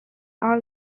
all